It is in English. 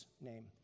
name